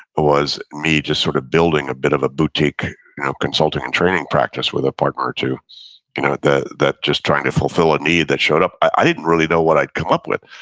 was me, just sort of building a bit of a boutique consulting and training practice with a partner or two you know that just trying to fulfill a need that showed up. i didn't really know what i had come up with.